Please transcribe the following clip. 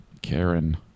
Karen